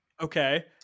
Okay